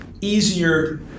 easier